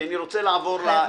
כי אני רוצה לעבור לדיון.